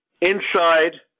inside